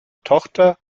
tochter